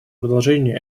продолжение